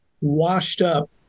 washed-up